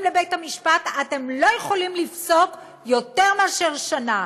לבית-המשפט: אתם לא יכולים לפסוק יותר מאשר שנה?